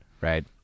Right